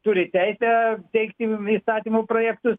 turi teisę teikti įstatymų projektus